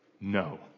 No